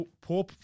poor